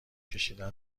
کشیدن